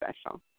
special